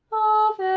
of